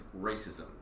racism